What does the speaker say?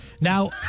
Now